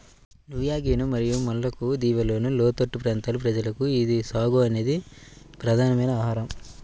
new Guinea మరియు Maluku దీవులలోని లోతట్టు ప్రాంతాల ప్రజలకు ఇది సాగో అనేది ప్రధానమైన ఆహారం